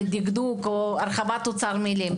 לדקדוק והרחבת אוצר מילים.